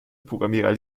programmierer